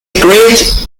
great